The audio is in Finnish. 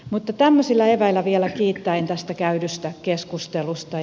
mutta tämmöisillä eväillä vielä kiittäen tästä käydystä keskustelusta